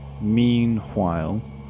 meanwhile